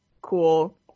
cool